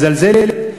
מזלזלת.